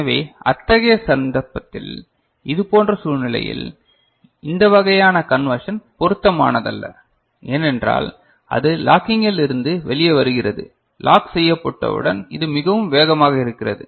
எனவே அத்தகைய சந்தர்ப்பத்தில் இதுபோன்ற சூழ்நிலையில் இந்த வகையான கன்வெர்ஷன் பொருத்தமானதல்ல ஏனென்றால் அது லாக்கிங் இல் இருந்து வெளியே வருகிறது லாக் செய்யப்பட்ட உடன் இது மிகவும் வேகமாக இருக்கிறது